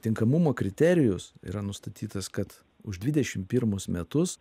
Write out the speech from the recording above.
tinkamumo kriterijus yra nustatytas kad už dvidešim pirmus metus